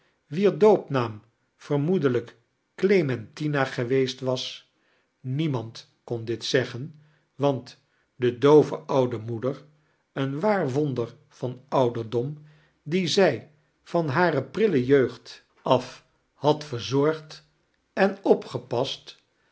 wier doopnaarh vermoedelijk clementina geweest was niemand kon dit zeggen want de doove oude moeder een waar wonder van ouderdom die zij van hare prille jeugd af had verzorgd en opgepast